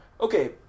Okay